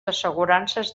assegurances